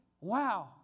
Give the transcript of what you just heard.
wow